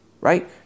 right